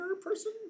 person